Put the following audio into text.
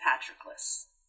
Patroclus